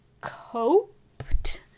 coped